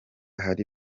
hari